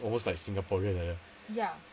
almost like singaporean like that